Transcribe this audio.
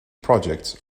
projects